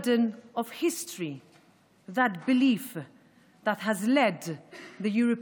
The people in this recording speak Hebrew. המחויבות שלנו היא אישית כפי שהיא מוסדית,